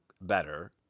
better